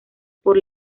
por